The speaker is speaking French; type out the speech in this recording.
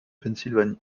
pennsylvanie